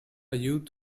youth